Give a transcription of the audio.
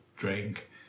drink